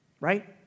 right